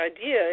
idea